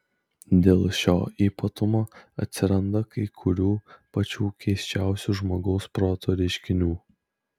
dėl šio ypatumo atsiranda kai kurių pačių keisčiausių žmogaus proto reiškinių